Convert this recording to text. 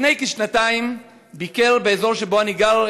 לפני כשנתיים ביקר באזור שבו אני גר,